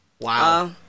Wow